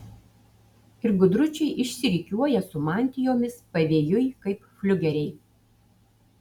ir gudručiai išsirikiuoja su mantijomis pavėjui kaip fliugeriai